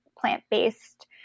plant-based